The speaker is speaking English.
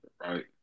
right